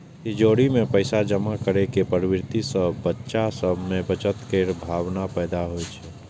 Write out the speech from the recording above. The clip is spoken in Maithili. तिजौरी मे पैसा जमा करै के प्रवृत्ति सं बच्चा सभ मे बचत केर भावना पैदा होइ छै